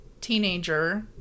teenager